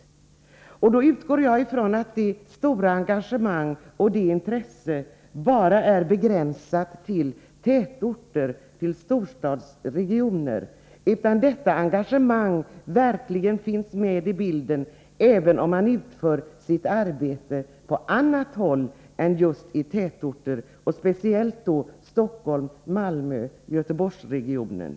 Jag utgår då Nr 119 ifrån att detta stora engagemang och intresse inte bara är begränsat till Fredagen den tätorter, till storstadsregioner, utan att det också finns med i bilden om 6 april 1984 arbetet skall utföras på annat håll än i just tätort — särskilt då Stockholms-, = Malmöoch Göteborgsregionerna.